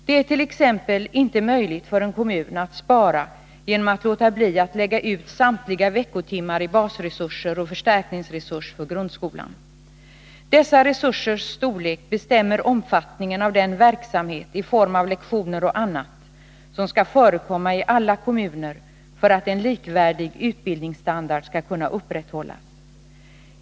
Det är t.ex. inte möjligt för en kommun att spara genom att låta bli att lägga ut samtliga veckotimmar i basresurser och förstärkningsresurs för grundskolan. Dessa resursers storlek bestämmer omfattningen av den verksamhet i form av lektioner och annat som skall förekomma i alla kommuner för att en likvärdig utbildningsstandard skall kunna upprätthållas.